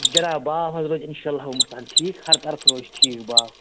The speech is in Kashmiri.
جناب باغ حظ روزِ اِنشاء اللہُ مُستان ٹھیٖک ہَر طرفہٕ روزِ ٹھیٖک باغ